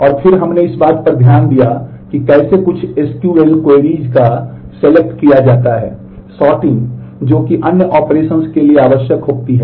और फिर हमने इस बात पर ध्यान दिया कि कैसे कुछ एसक्यूएल किया जा सकता है